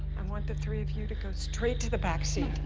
and want the three of you to go straight to the back seat.